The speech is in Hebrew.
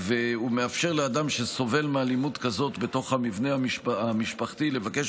הוא מאפשר לאדם שסובל מאלימות כזאת בתוך המבנה המשפחתי לבקש